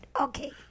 Okay